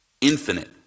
Infinite